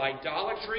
idolatry